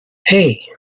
hey